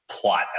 plot